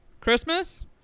christmas